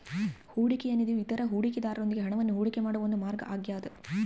ಹೂಡಿಕೆಯ ನಿಧಿಯು ಇತರ ಹೂಡಿಕೆದಾರರೊಂದಿಗೆ ಹಣವನ್ನು ಹೂಡಿಕೆ ಮಾಡುವ ಒಂದು ಮಾರ್ಗ ಆಗ್ಯದ